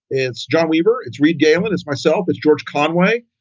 it's john weaver. it's reed galen. it's myself. it's george conway.